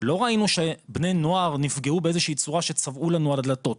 לא ראינו שבני נוער נפגעו בצורה שצבאו לנו על הדלתות.